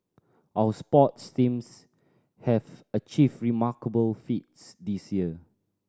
our sports teams have achieved remarkable feats this year